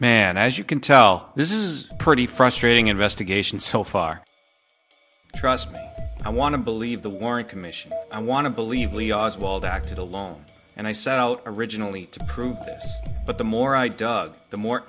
and as you can tell this is pretty frustrating investigation so far trust me i want to believe the warren commission i want to believe lee oswald acted alone and i set out originally to prove but the more i dug the more